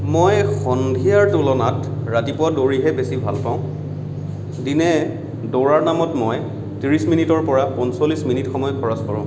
মই সন্ধিয়াৰ তুলনাত ৰাতিপুৱা দৌৰিহে বেছি ভাল পাওঁ দিনে দৌৰাৰ নামত মই ত্ৰিশ মিনিটৰ পৰা পঞ্চলিছ মিনিট সময় খৰচ কৰোঁ